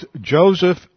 Joseph